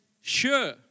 sure